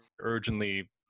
urgently